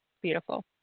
Beautiful